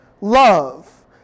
love